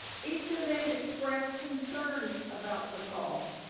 each of them expressed concerns about the call.